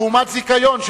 לעומת זיכיון,